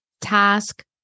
task